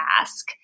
ask